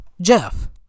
Jeff